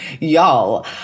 y'all